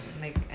make